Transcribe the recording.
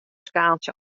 skaaltsje